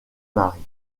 marie